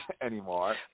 anymore